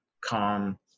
calm